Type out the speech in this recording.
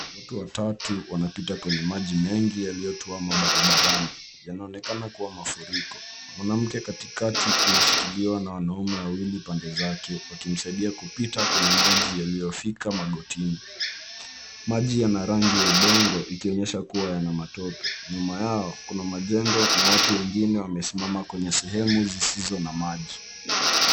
Watu watatu wanapitia kwenye maji mengi yaliyotuwama barabarani. Yanaonekana kuwa mafuriko. Mwanamke katikati anashikiliwa na wanaume wawili pande zake wakimsaidia kupita kwenye maji yaliyofika magotini. Maji yana rangi ya udongo, ikionyesha kuwa yana matope. Nyuma yao kuna majengo na watu wengine wamesimama kwenye sehemu zisizo na maji.